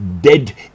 dead